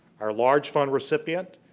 our large fund recipient,